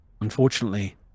Unfortunately